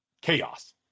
chaos